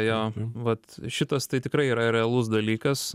jo vat šitas tai tikrai yra realus dalykas